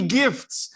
gifts